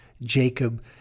Jacob